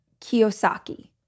Kiyosaki